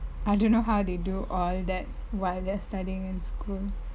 I don't know how they do all that while they're studying in school